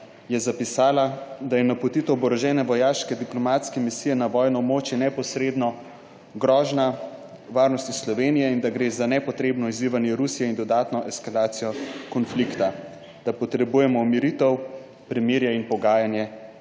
zapisala, da je napotitev oborožene vojaške diplomatske misije na vojno območje neposredno grožnja varnosti Slovenije in da gre za nepotrebno izzivanje Rusije in dodatno eskalacijo konflikta, da potrebujemo umiritev, premirje in pogajanje